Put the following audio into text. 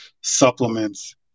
supplements